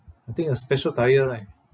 I think a special tyre right